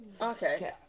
Okay